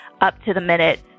up-to-the-minute